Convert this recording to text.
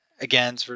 again